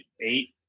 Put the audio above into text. eight